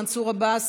מנסור עבאס,